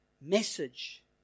message